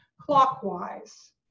clockwise